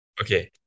Okay